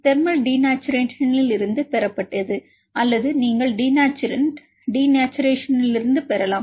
மாணவர் தெர்மல் டினேச்சரேஷனில் இருந்து பெறப்பட்டது அல்லது நீங்கள் டினேச்சுரன்ட் டினேச்சரேஷனிலிருந்து பெறலாம்